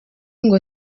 ngo